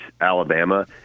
Alabama